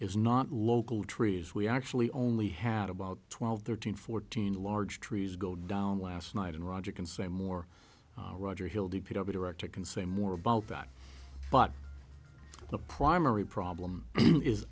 is not local trees we actually only had about twelve thirteen fourteen large trees go down last night and roger can say more roger hill d p w director can say more about that but the primary problem is